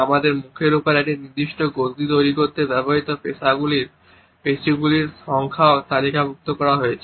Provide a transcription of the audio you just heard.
আমাদের মুখের উপর একটি নির্দিষ্ট গতি তৈরি করতে ব্যবহৃত পেশীগুলির সংখ্যাও তালিকাভুক্ত করা হয়েছে